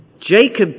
Jacob